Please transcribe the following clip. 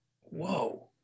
whoa